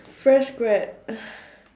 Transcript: fresh grad